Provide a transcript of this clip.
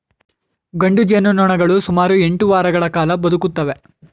ಗಂಡು ಜೇನುನೊಣಗಳು ಸುಮಾರು ಎಂಟು ವಾರಗಳ ಕಾಲ ಬದುಕುತ್ತವೆ